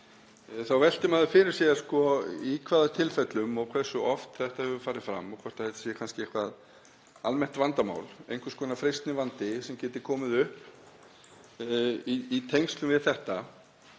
þá veltir maður fyrir sér í hvaða tilfellum og hversu oft þetta hefur gerst og hvort þetta sé kannski eitthvert almennt vandamál, einhvers konar freistnivandi sem geti komið upp í tengslum við þetta.